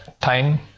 time